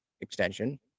extension